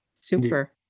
Super